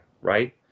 right